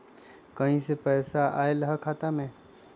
कहीं से पैसा आएल हैं खाता में?